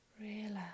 relax